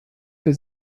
für